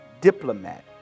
diplomat